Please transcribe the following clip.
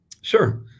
Sure